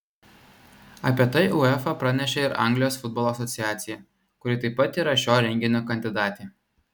apie tai uefa pranešė ir anglijos futbolo asociacija kuri taip pat yra šio renginio kandidatė